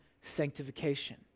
sanctification